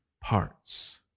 parts